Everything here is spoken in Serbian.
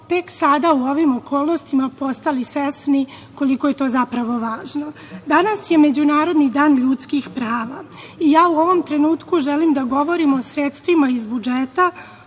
tek sada u ovim okolnostima postali svesni koliko je to zapravo važno. Danas je Međunarodni dan ljudskih prava. U ovom trenutku želim da govorim o sredstvima iz budžeta,